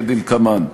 כדלקמן: